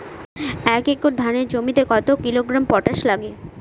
এক একর ধানের জমিতে কত কিলোগ্রাম পটাশ লাগে?